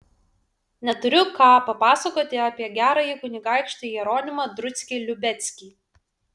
neturiu ką papasakoti apie gerąjį kunigaikštį jeronimą druckį liubeckį